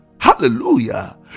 Hallelujah